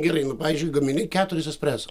gerai nu pavyzdžiui gamini keturis espreso